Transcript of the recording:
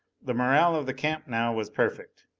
the morale of the camp now was perfect.